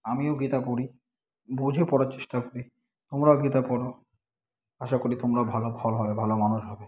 আমিও গীতা পড়ি বুঝে পড়ার চেষ্টা করি তোমরাও গীতা পড়ো আশা করি তোমরাও ভালো ফল হবে ভালো মানুষ হবে